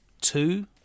two